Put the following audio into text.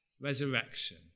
resurrection